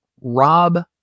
Rob